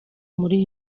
muri